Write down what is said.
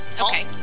Okay